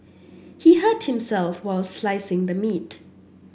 he hurt himself while slicing the meat